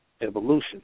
evolution